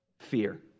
fear